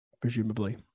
presumably